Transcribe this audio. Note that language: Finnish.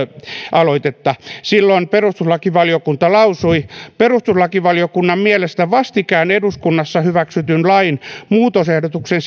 aloitetta silloin perustuslakivaliokunta lausui perustuslakivaliokunnan mielestä vastikään eduskunnassa hyväksytyn lain muutosehdotuksen